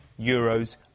euros